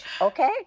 Okay